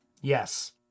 Yes